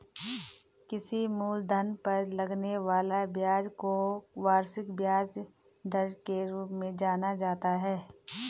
किसी मूलधन पर लगने वाले ब्याज को वार्षिक ब्याज दर के रूप में जाना जाता है